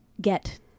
get